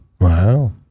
Wow